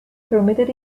permitted